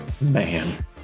man